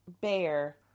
bear